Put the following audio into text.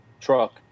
truck